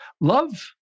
love